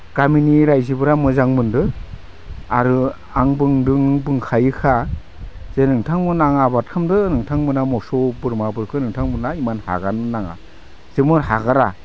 गामिनि रायजोफ्रा मोजां मोन्दो आरो आं बुंदों बुंखायोखा जे नोंथांमोना आबाद खालामदो नोंथांमोना मोसौ बोरमाफोरखो नोंथांमोना इमान हागारनो नाङा जोंबो हागारा